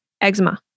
Eczema